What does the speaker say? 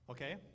Okay